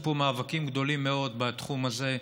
פה באמת מאבקים גדולים מאוד בתחום הזה,